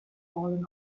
fallen